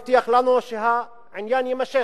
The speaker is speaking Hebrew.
הבטיח לנו שהעניין יימשך.